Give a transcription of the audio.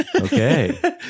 okay